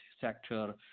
sector